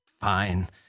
Fine